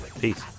peace